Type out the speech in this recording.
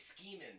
scheming